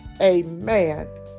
Amen